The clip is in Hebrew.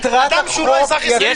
מטרת החוק היא